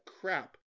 crap